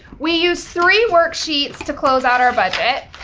we use three worksheets to close out our budget.